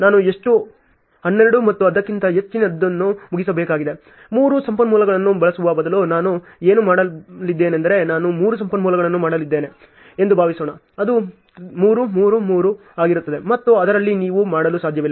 ನಾನು ಎಷ್ಟು 12 ಮತ್ತು ಅದಕ್ಕಿಂತ ಹೆಚ್ಚಿನದನ್ನು ಮುಗಿಸಬೇಕಾಗಿದೆ ಮೂರು ಸಂಪನ್ಮೂಲಗಳನ್ನು ಬಳಸುವ ಬದಲು ನಾನು ಏನು ಮಾಡಲಿದ್ದೇನೆಂದರೆ ನಾನು 3 ಸಂಪನ್ಮೂಲಗಳನ್ನು ಮಾಡಿದ್ದೇನೆ ಎಂದು ಭಾವಿಸೋಣ ಅದು 3 3 3 ಆಗಿರುತ್ತದೆ ಮತ್ತು ಅದರಲ್ಲಿ ನೀವು ಮಾಡಲು ಸಾಧ್ಯವಿಲ್ಲ